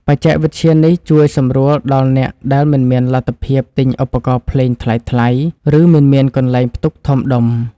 បច្ចេកវិទ្យានេះជួយសម្រួលដល់អ្នកដែលមិនមានលទ្ធភាពទិញឧបករណ៍ភ្លេងថ្លៃៗ ឬ មិនមានកន្លែងផ្ទុកធំដុំ។